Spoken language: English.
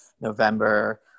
November